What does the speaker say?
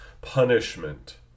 punishment